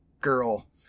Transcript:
girl